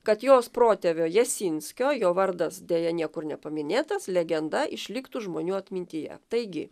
kad jos protėvio jasinskio jo vardas deja niekur nepaminėtas legenda išliktų žmonių atmintyje taigi